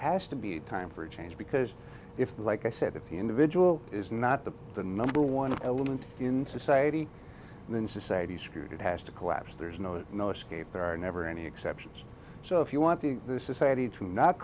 has to be time for a change because like i said if the individual is not the the number one element in society then society skewed it has to collapse there's no escape there are never any exceptions so if you want the society to not